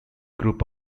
group